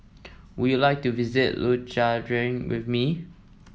would you like to visit with me